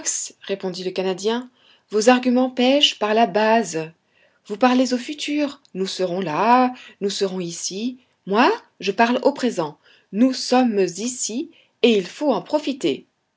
répondit le canadien vos arguments pèchent par la base vous parlez au futur nous serons là nous serons ici moi je parle au présent nous sommes ici et il faut en profiter